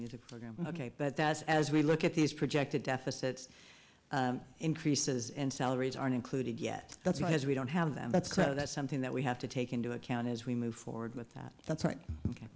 to ok but that's as we look at these projected deficit increases and salaries aren't included yet that's not as we don't have them that's so that's something that we have to take into account as we move forward with that that's right o